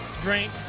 drink